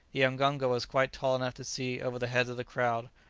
the mganga was quite tall enough to see over the heads of the crowd,